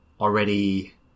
already